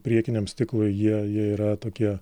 priekiniam stiklui jie jie yra tokie